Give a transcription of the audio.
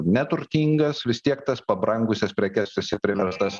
neturtingas vis tiek tas pabrangusias prekes tu esi priverstas